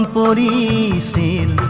and body